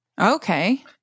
Okay